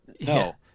No